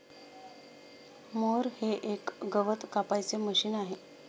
mower हे एक गवत कापायचे मशीन आहे